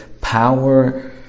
power